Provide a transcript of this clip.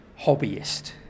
hobbyist